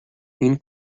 این